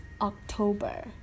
October